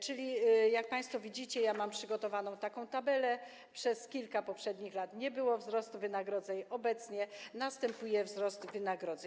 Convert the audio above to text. Czyli jak państwo widzicie, mam przygotowaną taką tabelę: przez kilka poprzednich lat nie było wzrostu wynagrodzeń, obecnie następuje wzrost wynagrodzeń.